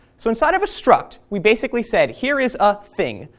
so inside of a struct we basically said here is a thing,